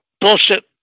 Bullshit